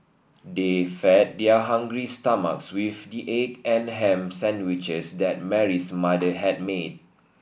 they fed their hungry stomachs with the egg and ham sandwiches that Mary's mother had made